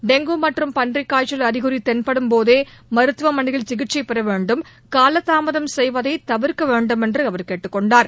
dengue மற்றும் பன்றிக் காய்ச்சல் அறிகுறி தென்படும் போதே மருத்துவமனையில் சிகிச்சை பெற வேண்டும் காலதாமதம் செய்வதை தவிர்க்க வேண்டுமென்று அவர் கேட்டுக் கொண்டார்